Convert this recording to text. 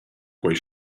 quei